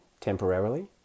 temporarily